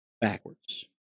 backwards